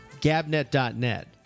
GabNet.net